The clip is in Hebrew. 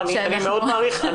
א.